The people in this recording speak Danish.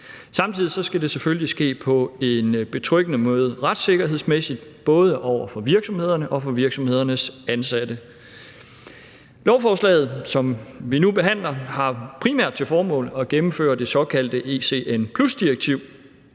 Samtidig skal det selvfølgelig ske på en betryggende måde retssikkerhedsmæssigt både over for virksomhederne og over for virksomhedernes ansatte. Lovforslaget, som vi nu behandler, har primært til formål at gennemføre det såkaldte ECN+-direktiv.